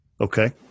Okay